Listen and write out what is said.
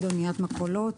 אניית מכולות.